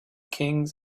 kings